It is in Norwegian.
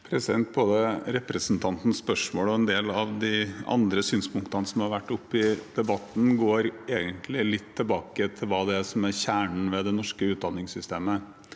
Både repre- sentantens spørsmål og en del av de andre synspunktene som har vært oppe i debatten, går egentlig litt tilbake til det som er kjernen ved det norske utdanningssystemet.